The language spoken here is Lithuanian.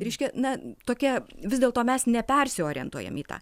reiškia na tokia vis dėlto mes nepersiorientuojam į tą